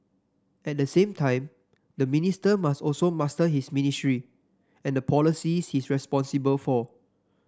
at the same time the minister must also master his ministry and the policies he is responsible for